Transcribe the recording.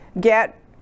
get